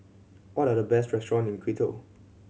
what are the best restaurant in Quito